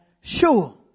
sure